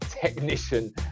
technician